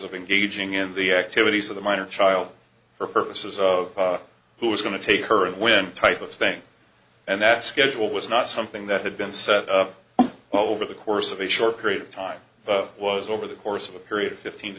of engaging in the activities of the minor child for purposes of who was going to take her and when type of thing and that schedule was not something that had been set up over the course of a short period of time was over the course of a period of fifteen to